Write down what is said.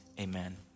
Amen